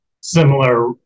similar